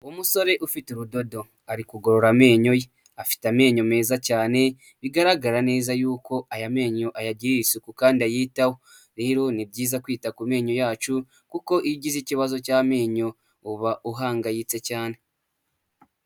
Umusore ufite urudodo, ari kugorora amenyo ye, afite amenyo meza cyane bigaragara neza yuko aya menyo ayagirira isuku kandi ayitaho, rero ni byiza kwita ku menyo yacu kuko iyo ugize ikibazo cy'amenyo uba uhangayitse cyane.